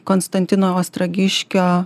konstantino ostrogiškio